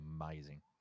amazing